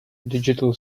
digital